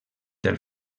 del